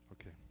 Okay